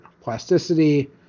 plasticity